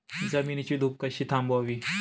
जमिनीची धूप कशी थांबवावी?